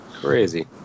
Crazy